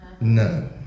no